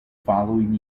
following